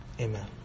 Amen